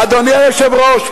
אדוני היושב-ראש,